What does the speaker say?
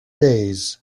days